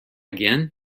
again